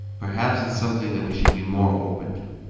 perhaps it's something that we should be more open to.